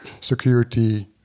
security